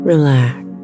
Relax